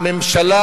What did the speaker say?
הממשלה,